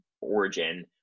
Origin